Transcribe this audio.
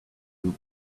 you